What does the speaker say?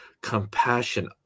compassion